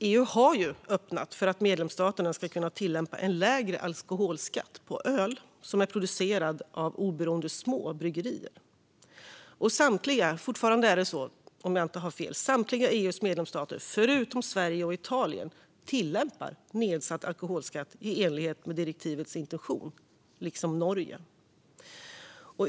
EU har öppnat för att medlemsstaterna ska kunna tillämpa en lägre alkoholskatt på öl som är producerad av oberoende små bryggerier. Samtliga EU:s medlemsstater - om jag inte har fel - förutom Sverige och Italien tillämpar nedsatt alkoholskatt i enlighet med direktivets intention, liksom Norge.